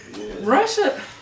Russia